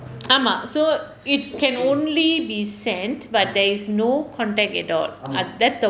ஆமாம்:aamaam so it can only be sent but there is no contact at all ah that's the